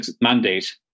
mandate